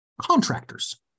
contractors